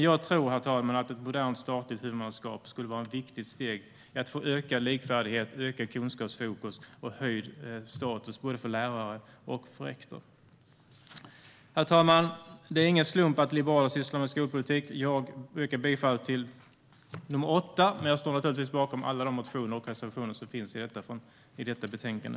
Jag tror, herr talman, att ett modernt statligt huvudmannaskap skulle vara ett viktigt steg för att få ökad likvärdighet, ökat kunskapsfokus och höjd status både för lärare och för rektor. Herr talman! Det är ingen slump att liberaler sysslar med skolpolitik. Jag yrkar bifall bara till reservation 8 men står naturligtvis bakom alla motioner och reservationer från Liberalernas sida i detta betänkande.